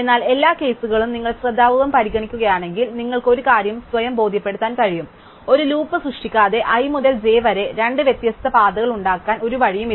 എന്നാൽ എല്ലാ കേസുകളും നിങ്ങൾ ശ്രദ്ധാപൂർവ്വം പരിഗണിക്കുകയാണെങ്കിൽ നിങ്ങൾക്ക് ഒരു കാര്യം സ്വയം ബോധ്യപ്പെടുത്താൻ കഴിയും ഒരു ലൂപ്പ് സൃഷ്ടിക്കാതെ i മുതൽ j വരെ രണ്ട് വ്യത്യസ്ത പാതകളുണ്ടാകാൻ ഒരു വഴിയുമില്ല